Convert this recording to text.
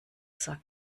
sagt